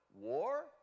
war